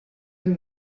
amb